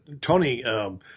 Tony